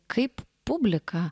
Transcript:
kaip publika